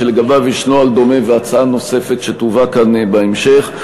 שלגביו יש נוהל דומה והצעה נוספת שתובא כאן בהמשך,